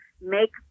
make